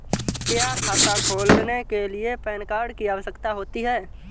क्या खाता खोलने के लिए पैन कार्ड की आवश्यकता होती है?